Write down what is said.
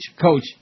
Coach